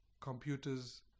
computers